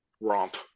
romp